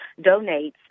donates